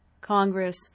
Congress